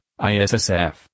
ISSF